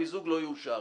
המיזוג לא יאושר.